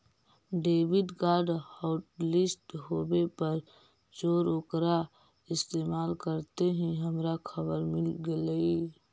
debit card hotlist होवे पर चोर ओकरा इस्तेमाल करते ही हमारा खबर मिल गेलई